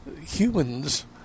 Humans